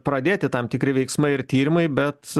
pradėti tam tikri veiksmai ir tyrimai bet